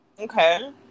okay